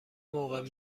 موقع